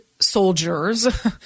soldiers